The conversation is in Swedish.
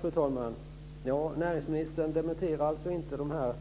Fru talman! Näringsministern dementerar alltså inte de här